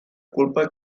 culpa